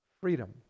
freedom